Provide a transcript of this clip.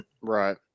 Right